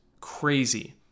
crazy